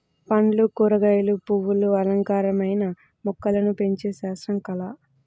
పండ్లు, కూరగాయలు, పువ్వులు అలంకారమైన మొక్కలను పెంచే శాస్త్రం, కళ